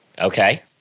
Okay